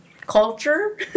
culture